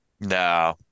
No